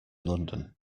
london